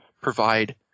provide